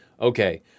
okay